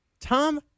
Tom